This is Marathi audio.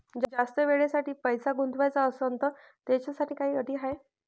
जास्त वेळेसाठी पैसा गुंतवाचा असनं त त्याच्यासाठी काही अटी हाय?